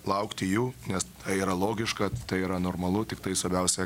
laukti jų nes tai yra logiška tai yra normalu tiktai svarbiausia